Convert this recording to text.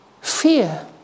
Fear